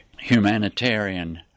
humanitarian